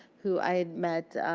who i had met